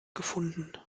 gefunden